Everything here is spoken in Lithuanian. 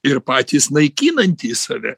ir patys naikinantys save